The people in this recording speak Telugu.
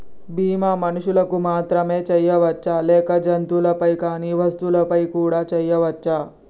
బీమా మనుషులకు మాత్రమే చెయ్యవచ్చా లేక జంతువులపై కానీ వస్తువులపై కూడా చేయ వచ్చా?